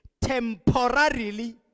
temporarily